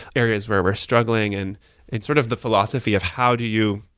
areas where we're struggling and sort of the philosophy of how do you